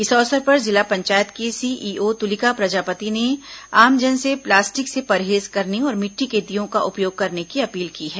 इस अवसर पर जिला पंचायत की सीईओ तुलिका प्रजापति ने आमजन से प्लास्टिक से परहेज करने और मिट्टी के दीयों का उपयोग करने की अपील की है